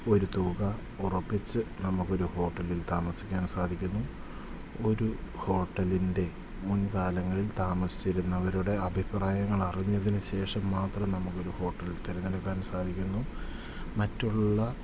ഒരു തുക ഉറപ്പിച്ചു നമുക്ക് ഒരു ഹോട്ടലിൽ താമസിക്കാൻ സാധിക്കുന്നു ഒരു ഹോട്ടലിൻ്റെ മുൻ കാലങ്ങളിൽ താമസിച്ചിരുന്നവരുടെ അഭിപ്രായങ്ങൾ അറിഞ്ഞതിന് ശേഷം മാത്രം നമുക്ക് ഒരു ഹോട്ടൽ തിരഞ്ഞെടുക്കാൻ സാധിക്കുന്നു മറ്റുള്ള